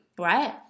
right